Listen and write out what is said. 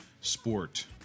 sport